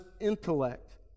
intellect